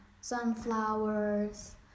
sunflowers